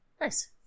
Nice